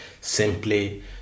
simply